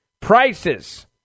Prices